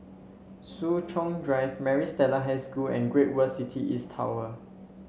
Soo Chow Drive Maris Stella High School and Great World City East Tower